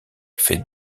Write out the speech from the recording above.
fait